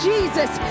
Jesus